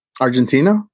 Argentina